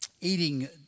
eating